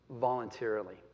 voluntarily